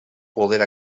poder